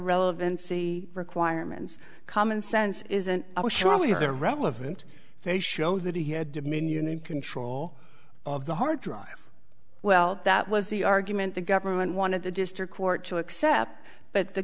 relevancy requirements common sense is an i was surely there relevant they show that he had dominion and control of the hard drive well that was the argument the government wanted the district court to accept but the